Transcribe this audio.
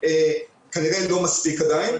כרגע לא מספיק עדיין,